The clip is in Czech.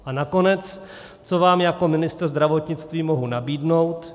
A nakonec, co vám jako ministr zdravotnictví mohu nabídnout?